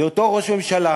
זה אותו ראש ממשלה